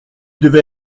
devez